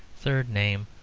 third name,